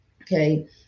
Okay